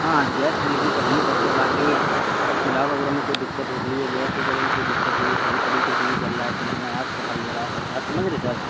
ہاں gas delivery تو ہم ہی کرتے ہیں باقی وہ چولہا وغیرہ میں کوئی دقت ہوگی یا گیس وغیرہ میں کوئی دقت ہوئی صحیح طریقے سے نہیں جل رہا چولہا ہمیں آگ پکڑ لے رہا ہے بات سمجھ رہے سر